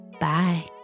Bye